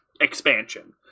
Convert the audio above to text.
expansion